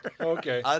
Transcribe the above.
Okay